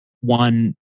one